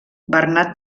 bernat